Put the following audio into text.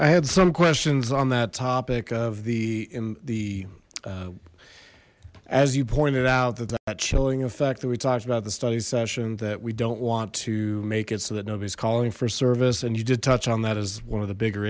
i had some questions on that topic of the in the as you pointed out that a chilling effect that we talked about the study session that we don't want to make it so that nobody's calling for service and you did touch on that as one of the bigger